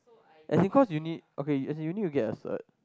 as in cause you need okay as in you need to get a cert